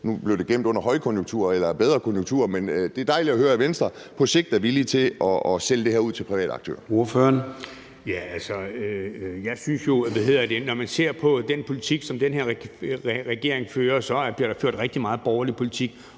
Nu blev det gemt bag »under højkonjunktur« eller »bedre konjunkturer«, men det er dejligt at høre, at Venstre på sigt er villige til at sælge det her ud til private aktører.